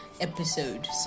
episode